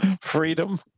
freedom